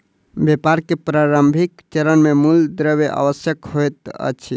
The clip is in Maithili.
व्यापार के प्रारंभिक चरण मे मूल द्रव्य आवश्यक होइत अछि